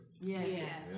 Yes